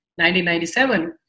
1997